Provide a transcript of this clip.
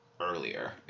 earlier